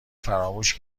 فراموش